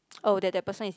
oh that that person is